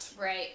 Right